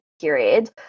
period